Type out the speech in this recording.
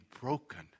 broken